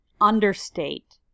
understate